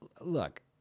look